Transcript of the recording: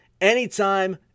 anytime